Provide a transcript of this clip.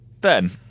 ben